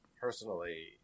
Personally